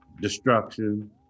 destruction